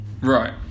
Right